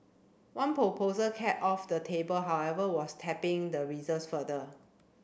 one proposal kept off the table however was tapping the reserves further